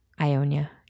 Ionia